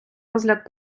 розгляд